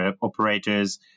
operators